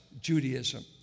Judaism